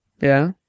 Yeah